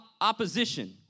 opposition